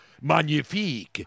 magnifique